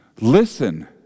Listen